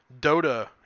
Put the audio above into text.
Dota